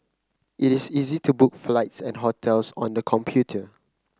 it is easy to book flights and hotels on the computer